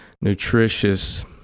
nutritious